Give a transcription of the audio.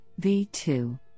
V2